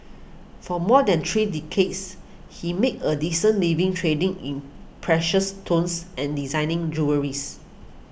for more than three decades he made a decent living trading in precious stones and designing jewelleries